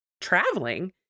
traveling